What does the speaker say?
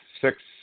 six